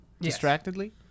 distractedly